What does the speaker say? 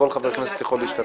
כל חבר כנסת יכול להשתתף.